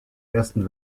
ersten